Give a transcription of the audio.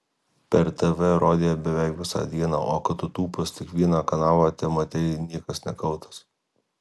per tv rodė beveik visą dieną o kad tu tūpas tik vieną kanalą tematei niekas nekaltas